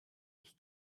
ich